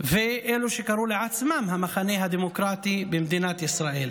ואלו שקראו לעצמם המחנה הדמוקרטי במדינת ישראל.